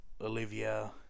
Olivia